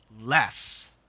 less